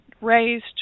raised